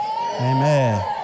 amen